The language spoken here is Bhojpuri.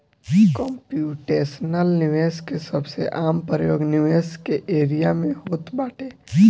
कम्प्यूटेशनल निवेश के सबसे आम प्रयोग निवेश के एरिया में होत बाटे